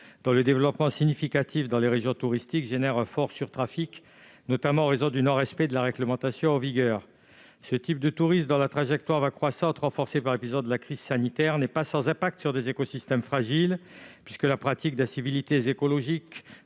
dont le développement significatif dans les régions touristiques crée un fort surtrafic, notamment en raison du non-respect de la réglementation en vigueur. Ce type de tourisme, dont la trajectoire est ascendante et qui a été renforcé par l'épisode de la crise sanitaire, n'est pas sans impact sur des écosystèmes fragiles, puisque la pratique d'incivilités écologiques,